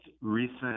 recent